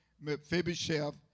Mephibosheth